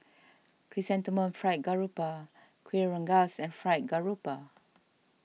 Chrysanthemum Fried Garoupa Kueh Rengas and Fried Garoupa